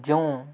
ଯେଉଁ